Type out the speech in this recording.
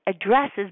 addresses